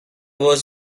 was